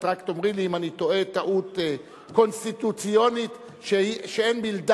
את רק תאמרי לי אם אני טועה טעות קונסטיטוציונית שאין בלתה.